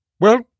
Well